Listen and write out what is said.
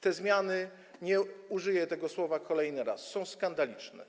Te zmiany, użyję tego słowa kolejny raz, są skandaliczne.